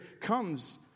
comes